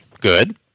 Good